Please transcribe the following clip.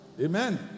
Amen